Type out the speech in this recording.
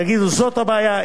יגידו: זאת הבעיה,